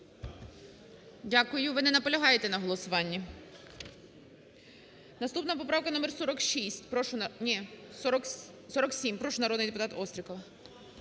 Дякую. Ви не наполягаєте на голосуванні? Наступна поправка номер 46. Ні, 47. Прошу, народний депутат Острікова.